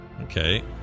Okay